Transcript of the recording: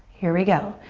here we go.